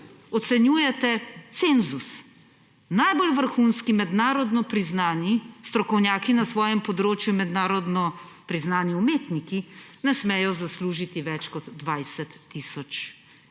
ocenjujete cenzus. Najbolj vrhunski, mednarodno priznani strokovnjaki na svojem področju, mednarodno priznani umetniki ne smejo zaslužiti več kot 20 tisoč evrov